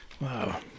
Wow